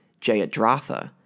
Jayadratha